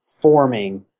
forming